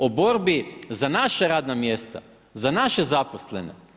O borbi za naša radna mjesta, za naše zaposlene?